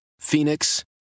Phoenix